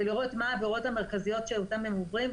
לראות מה העבירות המרכזיות שאותן הם עוברים,